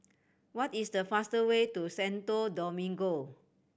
what is the fastest way to Santo Domingo